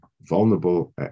vulnerable